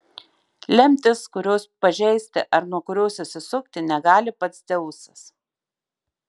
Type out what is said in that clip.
lemtis kurios pažeisti ar nuo kurios išsisukti negali pats dzeusas